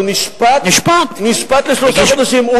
הוא נשפט לשלושה חודשים.